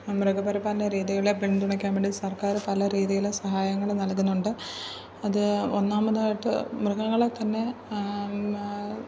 മൃഗപരിപാലനരീതികളെ പിന്തുണയ്ക്കാൻ വേണ്ടി സർക്കാർ പല രീതിയിൽ സഹായങ്ങൾ നൽകുന്നുണ്ട് അത് ഒന്നാമതായിട്ട് മൃഗങ്ങളെ തന്നെ